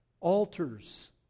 Altars